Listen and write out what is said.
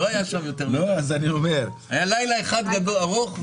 היה לילה אחד ארוך.